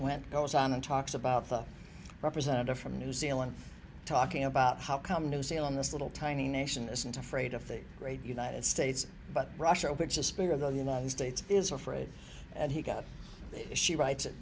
went goes on and talks about the representative from new zealand talking about how come new zealand this little tiny nation isn't afraid of the great united states but russia which the spirit of the united states is afraid and he got she writes it